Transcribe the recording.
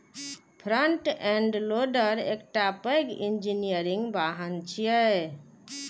front end loader एकटा पैघ engineering वाहन छियै